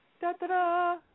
Da-da-da